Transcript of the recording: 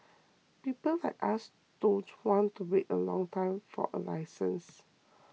people like us don't want to wait a long time for a license